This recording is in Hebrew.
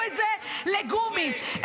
ואני אומר יותר מזה --- חבר הכנסת שירי, קריאה